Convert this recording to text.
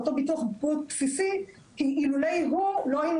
אילולא ביטוח הבריאות הבסיסי לא היינו